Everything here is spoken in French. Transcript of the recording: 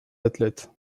athlètes